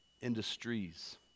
Industries